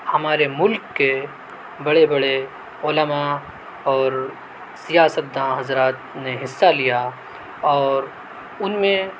ہمارے ملک کے بڑے بڑے علما اور سیاست دان حضرات نے حصہ لیا اور ان میں